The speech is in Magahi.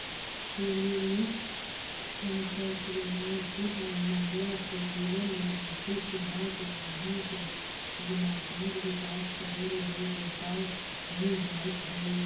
फेमिनिस्ट एंटरप्रेन्योरशिप में महिला के जीवन में आर्थिक सुधार के माध्यम से गुणात्मक विकास करे लगी व्यापार कईल जईत हई